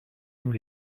nous